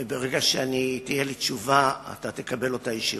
וברגע שתהיה לי תשובה אתה תקבל אותה ישירות.